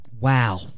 Wow